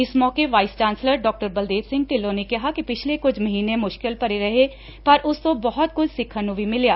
ਇਸ ਮੌਕੇ vice chancellor ਡਾ ਬਲਦੇਵ ਸਿੰਘ ਢਿੱਲੋਂ ਨੇ ਕਿਹਾ ਕਿ ਪਿਛਲੇ ਕੁਝ ਮਹੀਨੇ ਮੁਸ਼ਕਿਲ ਭਰੇ ਰਹੇ ਪਰ ਉਸ ਤੋਂ ਬਹੁਤ ਕੁਝ ਸਿੱਖਣ ਨੂੰ ਵੀ ਮਿਲਿਆ